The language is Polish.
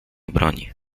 obroni